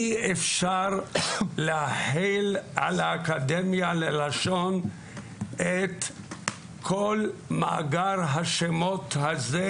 אי אפשר להחיל על האקדמיה ללשון את כל מאגר השמות הזה,